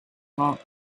park